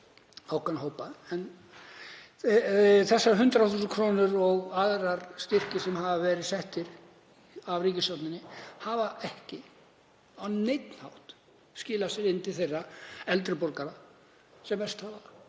ákveðna hópa. En þessar 100.000 kr. og aðrir styrkir sem hafa verið veittir af ríkisstjórninni hafa ekki á neinn hátt skilað sér til þeirra eldri borgara sem verst hafa